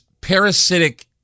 parasitic